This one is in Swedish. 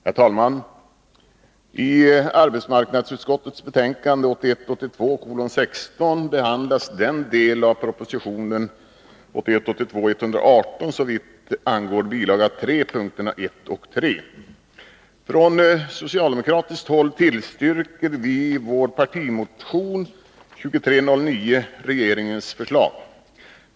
Herr talman! I arbetsmarknadsutskottets betänkande 1981 82:118 såvitt angår bilaga 3, punkterna 1 och 3. Från små och medelstosocialdemokratiskt håll tillstyrker vi i vår partimotion 1981/82:2309 regeringra företagen ens förslag.